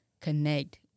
connect